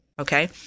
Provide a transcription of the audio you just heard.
Okay